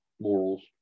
morals